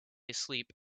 asleep